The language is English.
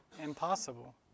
impossible